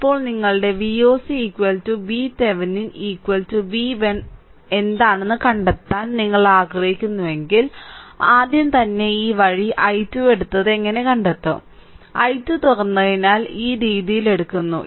ഇപ്പോൾ നിങ്ങളുടെ Voc VThevenin V 1 എന്താണെന്ന് കണ്ടെത്താൻ നിങ്ങൾ ആഗ്രഹിക്കുന്നുവെങ്കിൽ ആദ്യം തന്നെ ഈ വഴി i2 എടുത്തത് എങ്ങനെ കണ്ടെത്തും i2 തുറന്നതിനാൽ ഈ രീതിയിൽ എടുക്കുന്നു